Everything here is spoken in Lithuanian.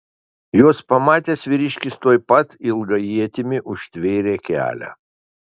juos pamatęs vyriškis tuoj pat ilga ietimi užtvėrė kelią